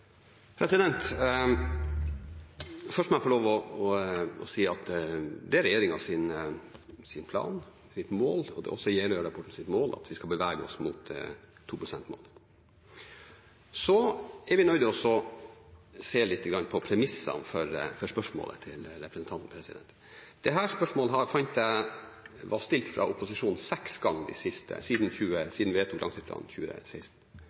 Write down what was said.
Først må jeg få lov til å si at det er regjeringens plan og mål – og det er også Jeløya-erklæringens mål – at vi skal bevege oss mot 2-prosentmålet. Så er vi nødt til å se litt på premissene for spørsmålet til representanten. Dette spørsmålet fant jeg var stilt fra opposisjonen seks ganger siden langtidsplanen 2016